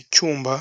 Icyumba